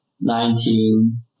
nineteen